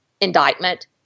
indictment